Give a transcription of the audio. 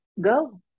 Go